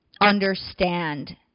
understand